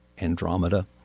Andromeda